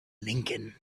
lincoln